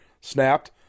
snapped